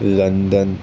London